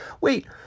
Wait